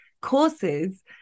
courses